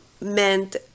meant